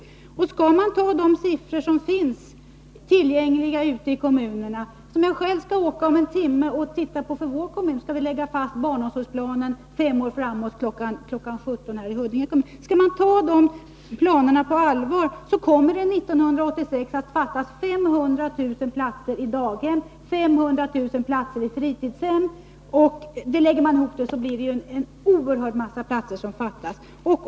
Jag skall själv om en timme ut till min kommun, Huddinge, där vi skall lägga fast utbyggnadsplanerna för fem år framåt. Skall kommunernas planer tas på allvar kommer det 1986 att fattas 500 000 platser i daghem och 500 000 platser i fritidshem. Det blir tillsammans en oerhörd massa platser som fattas.